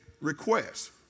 requests